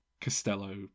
costello